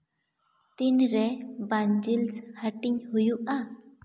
ᱛᱤᱱᱨᱮ ᱵᱟᱱᱪᱮᱥ ᱦᱟᱹᱴᱤᱧ ᱦᱩᱭᱩᱜᱼᱟ